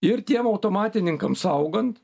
ir tiems automatininkams augant